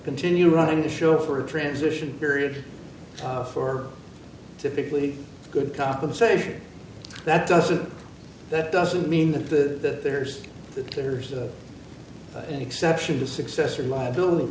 continue running the show for a transition period for typically good compensation that doesn't that doesn't mean that there's that there's an exception to success or liability